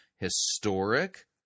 historic